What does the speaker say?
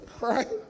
Right